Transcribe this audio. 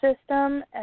system